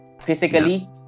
physically